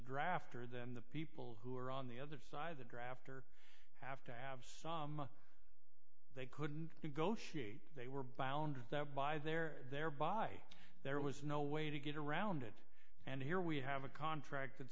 drafter then the people who are on the other side of the drafter have to have some they couldn't go she they were bound by their thereby there was no way to get around it and here we have a contract that